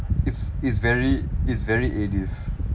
it's it's very it's very A div~